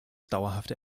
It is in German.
dauerhafte